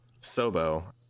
sobo